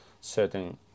certain